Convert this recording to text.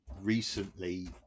recently